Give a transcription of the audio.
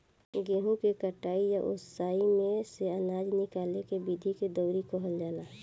गेहूँ के कटाई आ ओइमे से आनजा निकाले के विधि के दउरी कहल जाला